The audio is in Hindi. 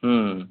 हूँ हूँ हूँ